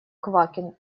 квакин